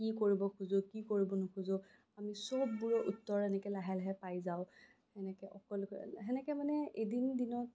কি কৰিব খোজো কি কৰিব নোখোজো আমি চব বোৰৰ উত্তৰ আমি এনেকে লাহে লাহে পাই যাওঁ এনেকে অকল সেনেকে মানে এদিন দিনত